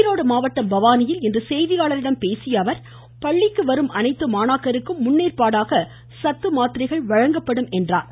ஈரோடு மாவட்டம் பவானியில் இன்று செய்தியாளர்களிடம் பேசிய அவர் பள்ளிக்கு வரும் அனைத்து மாணாக்கருக்கும் முன்னேற்பாடாக சத்து மாத்திரைகளும் வழங்கப்படும் என்றார்